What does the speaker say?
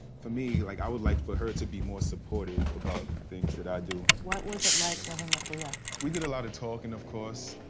for me, like, i would like for her to be more supportive about the things that i do. what was it like living with leah? we did a lot of talking, of course.